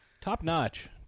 top-notch